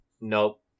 nope